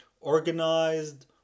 organized